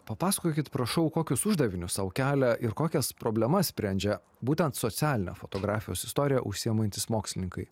papasakokit prašau kokius uždavinius sau kelia ir kokias problemas sprendžia būtent socialine fotografijos istorija užsiimantys mokslininkai